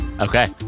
Okay